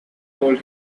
told